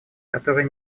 которые